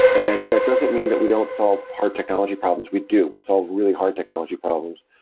and that doesn't mean that we don't solve hard technology problems. we do. we solve really hard technology problems.